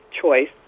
choice